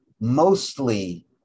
mostly